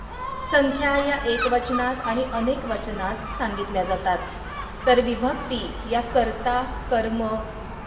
संख्या या एक वचनात आणि अनेक वचनात सांगितल्या जातात तर विभक्ती या कर्ता कर्म